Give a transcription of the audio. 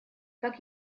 как